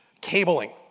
cabling